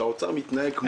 האוצר מתנהג כמו מאפיה.